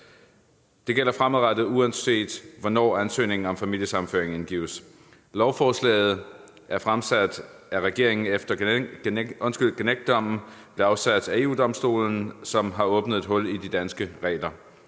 Det gælder fremadrettet, uanset hvornår ansøgningen om familiesammenføring indgives. Lovforslaget er fremsat af regeringen, efter at Gencdommen blev afsagt af EU-Domstolen, da denne har åbnet for et hul i de danske regler.